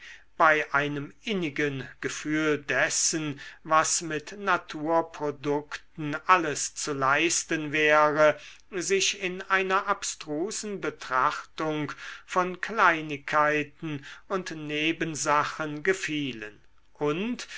bei einem innigen gefühl dessen was mit naturprodukten alles zu leisten wäre sich in einer abstrusen betrachtung von kleinigkeiten und nebensachen gefielen und